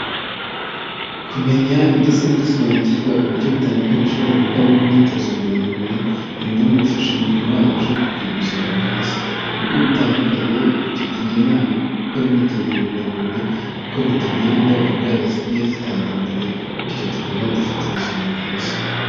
Kumenya ndetse no gusobanukirwa uburyo butandukanye ushobora gukuramo imyitozo ngororamubiri, ni bimwe mu bifasha umubiri wacu kugira ubuzima bwiza. Ibigo bitandukanye bitugira inama ku gukora imyitozo ngororamubiri, kuko biturinda indwara zigiye zitandukanye, bityo tukabaho dufite ubuzima bwiza.